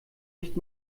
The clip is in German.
nicht